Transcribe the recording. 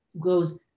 goes